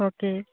okay